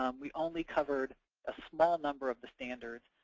um we only covered a small number of the standards.